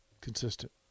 Consistent